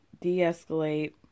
de-escalate